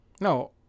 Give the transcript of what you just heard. No